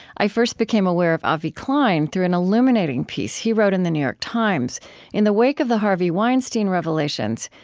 i first became aware of avi klein through an illuminating piece he wrote in the new york times in the wake of the harvey weinstein revelations,